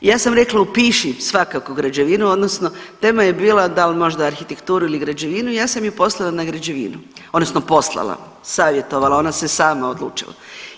Ja sam rekla upiši svakako građevinu odnosno tema je bila dal možda arhitekturu ili građevinu, ja sam ju poslala na građevinu odnosno poslala savjetovala ona se sama odlučila.